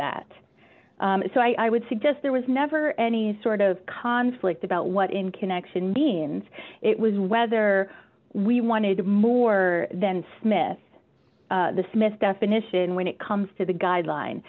that so i would suggest there was never any sort of conflict about what in connection means it was whether we wanted more than smith the smith definition when it comes to the guideline